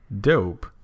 dope